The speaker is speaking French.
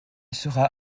sera